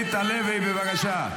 בושה.